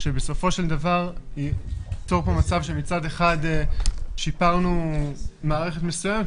כשבסופו של דבר יצור פה מצב שמצד אחד שיפרנו מערכת מסוימת,